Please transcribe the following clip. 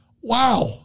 Wow